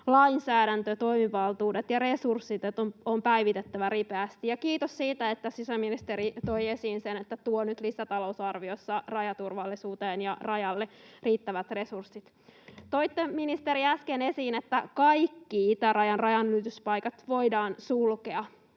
lainsäädäntö, toimivaltuudet ja resurssit on päivitettävä ripeästi. Kiitos siitä, että sisäministeri toi esiin sen, että tuo nyt lisätalousarviossa rajaturvallisuuteen ja Rajalle riittävät resurssit. Toitte, ministeri, äsken esiin, että kaikki itärajan rajanylityspaikat voidaan sulkea.